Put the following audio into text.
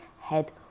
head